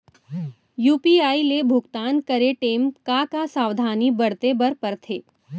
UPI ले भुगतान करे टेम का का सावधानी बरते बर परथे